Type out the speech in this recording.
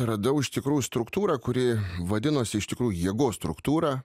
radau iš tikrųjų struktūrą kuri vadinosi iš tikrųjų jėgos struktūra